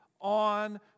on